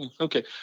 Okay